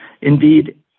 Indeed